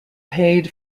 paid